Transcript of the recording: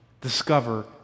discover